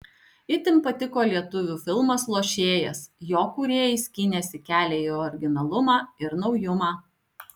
itin patiko lietuvių filmas lošėjas jo kūrėjai skynėsi kelią į originalumą ir naujumą